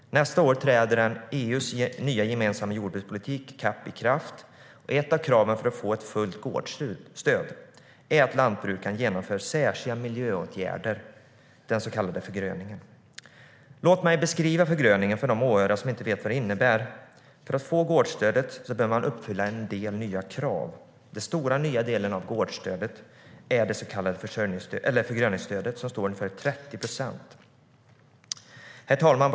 Nästa år träder EU:s nya gemensamma jordbrukspolitik i kraft. Ett av kraven för att få ett fullt gårdsstöd är att lantbrukaren vidtar särskilda miljöåtgärder, den så kallade förgröningen. Låt mig beskriva förgröningen för de åhörare som inte vet vad det innebär. För att få gårdsstödet behöver man uppfylla en del nya krav. Den stora nya delen av gårdsstödet är det så kallade förgröningsstödet, som står för 30 procent. Herr talman!